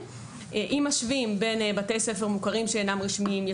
אם משווים בין בתי ספר יסודיים רשמיים ומוכרים שאינם רשמיים,